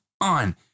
on